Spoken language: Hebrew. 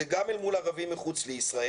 זה גם אל מול ערבים מחוץ לישראל,